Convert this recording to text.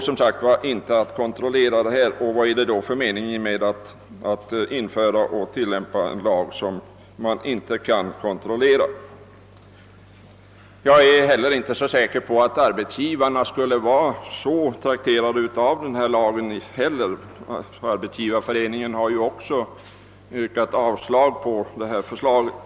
Jag är inte heller så säker på att arbetsgivarna själva skulle vara så trakterade av en sådan lags införande. Svenska arbetsgivareföreningen har också avstyrkt förslaget.